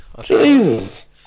Jesus